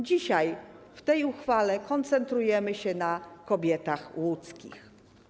Dzisiaj, w tej uchwale, koncentrujemy się na kobietach łódzkich.